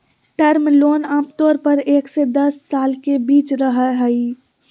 term loan आमतौर पर एक से दस साल के बीच रहय हइ